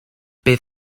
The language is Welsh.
bydd